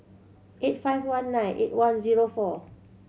eight five one nine eight one zero four